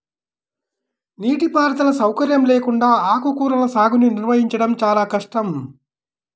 నీటిపారుదల సౌకర్యం లేకుండా ఆకుకూరల సాగుని నిర్వహించడం చాలా కష్టం